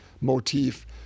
motif